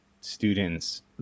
students